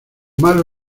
malo